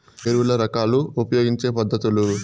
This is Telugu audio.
ఎరువుల రకాలు ఉపయోగించే పద్ధతులు?